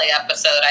episode